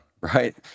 right